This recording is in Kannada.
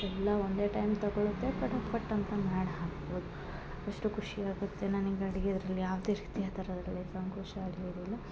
ಎಲ್ಲ ಒಂದೇ ಟೈಮ್ ತಗೊಳುತ್ತೆ ಪಟಾ ಫಟ್ ಅಂತ ಮಾಡಿ ಹಾಕ್ಬೌದು ಎಷ್ಟು ಖುಷಿ ಆಗುತ್ತೆ ನನಗೆ ಅಡ್ಗೆ ಇದರಲ್ಲಿ ಯಾವುದೇ ರೀತಿಯ ಥರದಲ್ಲಿ ಸಂಕುಶ ಆಗಲಿ ಇರುಲ್ಲ